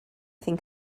think